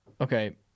okay